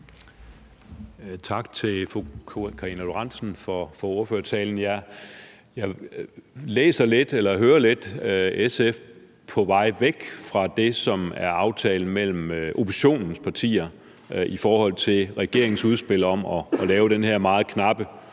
Tak til fru Karina Lorentzen Dehnhardt for ordførertalen. Jeg hører lidt, at SF er på vej væk fra det, som er aftalen mellem oppositionens partier i forhold til regeringens udspil om at lave den her meget knappe